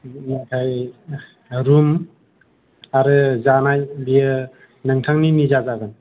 बिनिफ्राय रुल आरो जानाय बियो नोंथांनि निजा जागोन